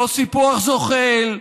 לא סיפוח זוחל,